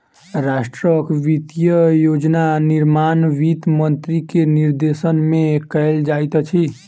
राष्ट्रक वित्तीय योजना निर्माण वित्त मंत्री के निर्देशन में कयल जाइत अछि